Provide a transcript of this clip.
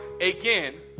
again